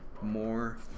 more